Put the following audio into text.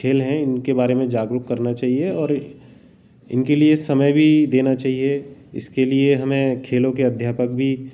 खेल हैं इनके बारे में जागरुक करना चाहिए और इनके लिए समय भी देना चाहिए इसके लिए हमें खेलों के अध्यापक भी